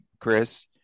Chris